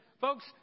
Folks